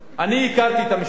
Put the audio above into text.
אני הכרתי את המשפחה,